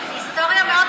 היסטוריה מאוד קצרה.